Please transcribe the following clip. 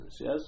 yes